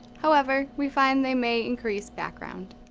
however, we find they may increase background.